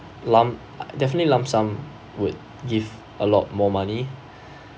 lump definitely lump sum would give a lot more money